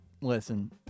listen